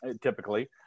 typically